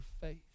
faith